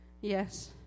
Yes